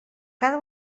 cada